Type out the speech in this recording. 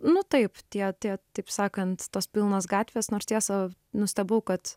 nu taip tie tie taip sakant tos pilnos gatvės nors tiesa nustebau kad